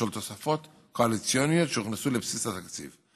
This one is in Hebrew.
בשל תוספות קואליציוניות שהוכנסו לבסיס התקציב.